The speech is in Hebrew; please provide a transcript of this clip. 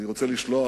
אני רוצה לשלוח